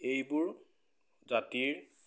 এইবোৰ জাতিৰ